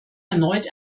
erneut